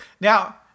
Now